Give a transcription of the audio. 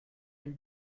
and